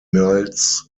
miles